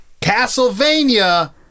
Castlevania